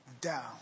down